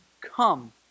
come